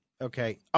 okay